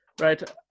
Right